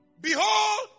Behold